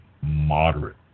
moderate